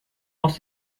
aus